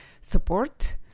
support